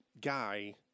guy